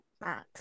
Max